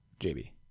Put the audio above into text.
JB